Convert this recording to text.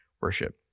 worship